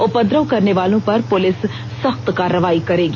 उपद्रव करने वालों पर पुलिस शख्त कार्रवाई करेगी